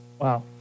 Wow